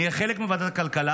אני אהיה חלק מוועדת הכלכלה,